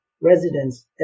residents